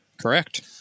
Correct